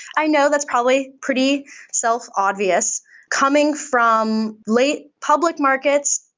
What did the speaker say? i know that's probably pretty self-obvious. coming from late public markets,